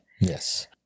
Yes